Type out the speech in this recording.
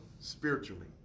spiritually